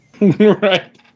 Right